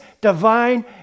divine